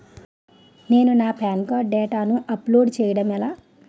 నేను నా PAN card డేటాను అప్లోడ్ చేయడం ఎలా?